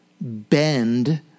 bend